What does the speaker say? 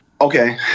Okay